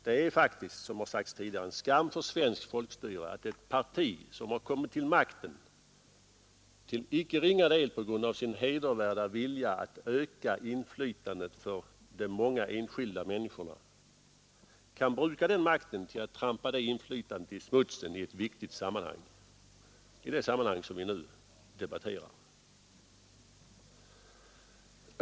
Det är faktiskt, såsom sagts tidigare, en skam för svenskt folkstyre att ett parti som kommit till makten till icke ringa del på grund av sin hedervärda vilja att öka inflytandet för de många enskilda människorna kan bruka den makten till att trampa det inflytandet i smutsen i ett viktigt sammanhang — det sammanhang vi nu debatterar.